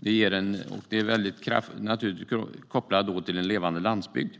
det är också kraftigt kopplat till en levande landsbygd.